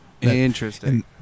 Interesting